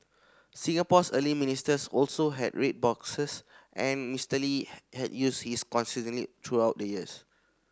Singapore's early ministers also had red boxes and Mister Lee had used his consistently through out the years